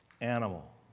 animal